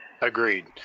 Agreed